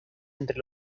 entre